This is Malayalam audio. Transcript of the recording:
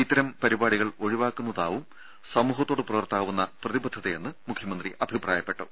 ഇത്തരം പരിപാടികൾ ഒഴിവാക്കുന്നതാവും സമൂഹത്തോട് പുലർത്താവുന്ന പ്രതിബദ്ധതയെന്നും മുഖ്യമന്ത്രി അഭിപ്രായപ്പെട്ടു